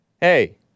Hey